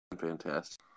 fantastic